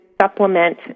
supplement